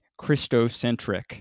Christocentric